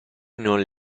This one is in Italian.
non